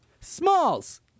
Smalls